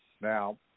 Now